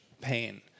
pain